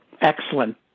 excellent